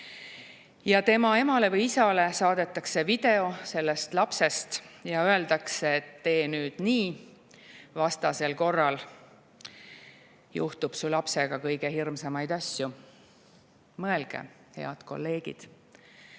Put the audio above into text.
tema emale või isale saadetakse video sellest lapsest ja öeldakse: "Tee nüüd nii, vastasel korral juhtub su lapsega kõige hirmsamaid asju." Mõelge, head kolleegid,